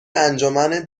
انجمن